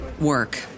work